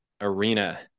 arena